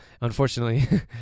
unfortunately